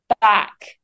back